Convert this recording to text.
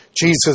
Jesus